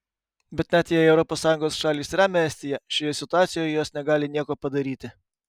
bet net jei europos sąjungos šalys remia estiją šioje situacijoje jos negali nieko padaryti